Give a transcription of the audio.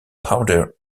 powder